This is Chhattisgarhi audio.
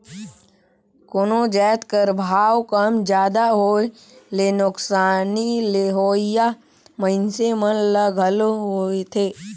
कोनो जाएत कर भाव कम जादा होए ले नोसकानी लेहोइया मइनसे मन ल घलो होएथे